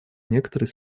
некоторые